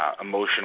emotional